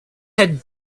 had